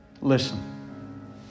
listen